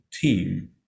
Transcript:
team